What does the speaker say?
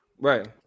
Right